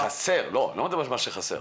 אני לא מדבר על מה שחסר.